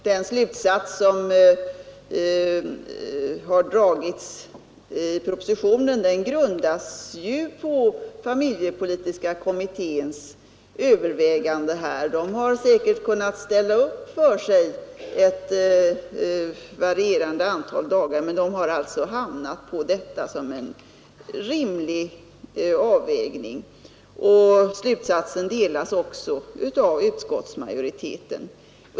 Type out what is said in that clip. Den slutsats som har dragits i propositionen grundas på familjepolitiska kommitténs överväganden. Kommittén har därvid säkert kunnat tänka sig ett varierande antal dagar men har alltså stannat vid detta förslag som en rimlig avvägning. Den slutsatsen delas också av utskottsmajoriteten.